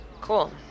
Cool